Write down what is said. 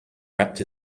wrapped